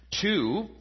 Two